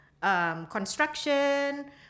Construction